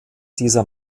dieser